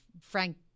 Frank